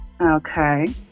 Okay